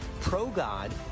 pro-God